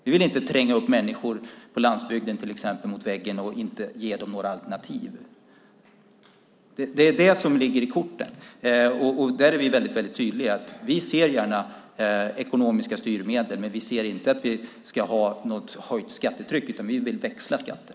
Vi vill inte tränga upp till exempel människor på landsbygden mot väggen utan att ge dem några alternativ. Det är det som ligger i korten. Där är vi tydliga med att vi gärna ser ekonomiska styrmedel men inte ett höjt skattetryck. Vi vill växla skatter.